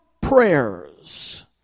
prayers